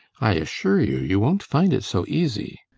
i assure you, you won't find it so easy